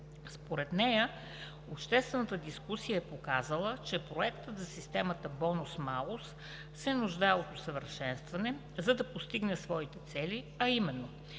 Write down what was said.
Според нея обществената дискусия е показала, че проектът за системата „бонус-малус“ се нуждае от усъвършенстване, за да постигне своите цели, а именно: